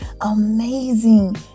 amazing